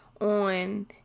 on